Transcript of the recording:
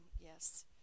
yes